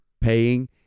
paying